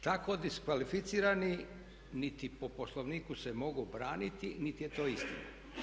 Tako diskvalificirani niti po Poslovniku se mogu braniti, niti je to istina.